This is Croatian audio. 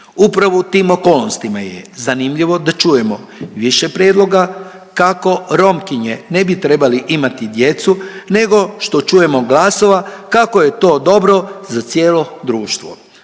Upravo u tim okolnostima je zanimljivo da čujemo više prijedloga kako Romkinje ne bi trebali imati djecu nego što čujemo glasova kako je to dobro za cijelo društvo.